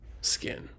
skin